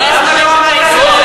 אתה לוקח להם את זה.